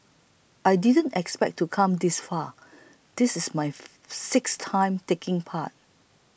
I didn't expect to come this far this is my sixth time taking part